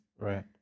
Right